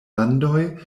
landoj